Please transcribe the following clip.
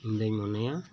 ᱤᱧᱫᱚᱧ ᱢᱚᱱᱮᱭᱟ